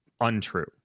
untrue